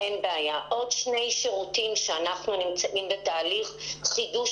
עוד שני שירותים שאנחנו נמצאים בתהליך חידוש